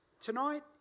Tonight